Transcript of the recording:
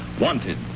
wanted